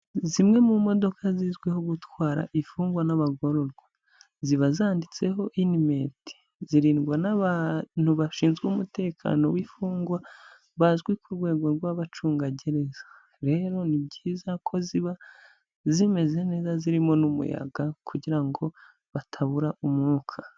Zimwe mu modoka zizwiho gutwara imfungwa n'abagororwa, ziba zanditseho inimeti zirindwa n'abantu bashinzwe umutekano w'imfungwa bazwi ku rwego rw'abacungagereza, rero ni byiza ko ziba zimeze neza zirimo n'umuyaga kugira ngo batabura umwuka.